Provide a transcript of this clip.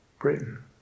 Britain